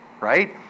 right